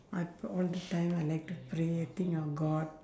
I pr~ all the time I like to pray think of god